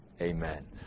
Amen